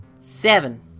Seven